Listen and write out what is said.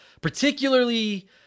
particularly